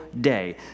day